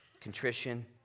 contrition